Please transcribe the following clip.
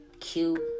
cute